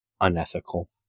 unethical